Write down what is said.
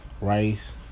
rice